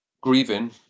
grieving